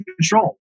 control